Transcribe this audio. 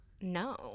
No